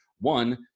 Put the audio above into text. One